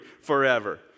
forever